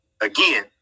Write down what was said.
again